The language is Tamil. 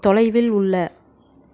தொலைவில் உள்ள